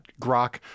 Grok